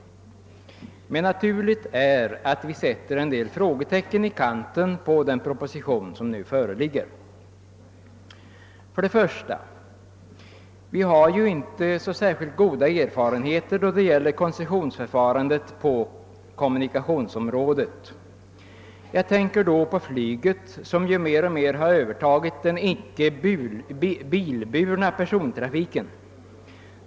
Det är emellertid naturligt att vi sätter en del frågetecken i kanten på den proposition som nu behandlas. Jag vill framhålla följande synpunkter i detta sammanhang. 1. Vi har inte särskilt goda erfarenheter då det gäller koncessionsförfarandet på kommunikationsområdet. Jag tänker därvid på flyget, som mer och mer övertagit den icke bilburna persontrafiken.